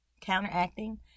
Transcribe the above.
counteracting